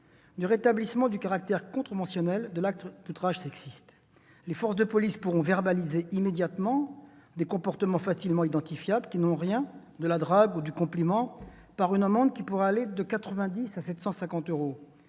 du rétablissement du caractère contraventionnel de l'outrage sexiste. Les forces de police pourront verbaliser immédiatement des comportements facilement identifiables, qui n'ont rien de la drague ou du compliment, par une amende qui pourra aller de 90 à 750 euros.